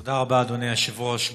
תודה רבה, אדוני היושב-ראש.